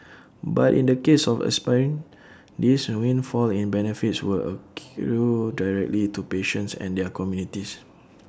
but in the case of aspirin this windfall in benefits will accrue directly to patients and their communities